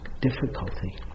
difficulty